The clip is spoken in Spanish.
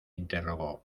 interrogó